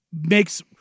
makes